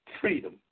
freedom